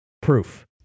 proof